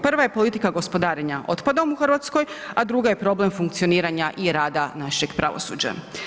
Prva je politika gospodarenja otpadom u Hrvatskoj, a druga je problem funkcioniranja i rada našeg pravosuđa.